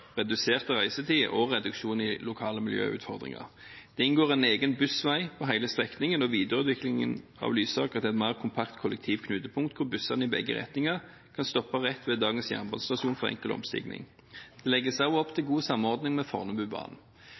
redusert reisetid og reduksjon i lokale miljøutfordringer. Det inngår en egen bussvei på hele strekningen, og videreutviklingen av Lysaker gjør det til et mer kompakt kollektivknutepunkt hvor bussene i begge retninger kan stoppe rett ved dagens jernbanestasjon for enkel omstigning. Det legges også opp til god samordning med Fornebubanen